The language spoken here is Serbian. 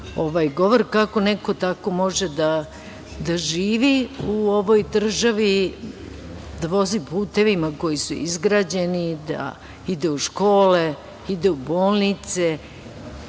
govor. Kako neko tako može da živi u ovoj državi, da vozi putevima koji su izgrađeni, da ide u škole, ide u bolnice,